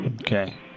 Okay